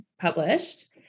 published